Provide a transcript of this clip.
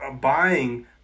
buying